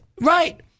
Right